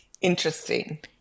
Interesting